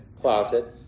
closet